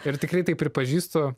ir tikrai taip pripažįstu